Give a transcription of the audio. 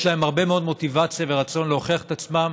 יש להם הרבה מאוד מוטיבציה ורצון להוכיח את עצמם,